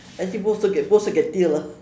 actually both also get both also get tail ah